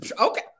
okay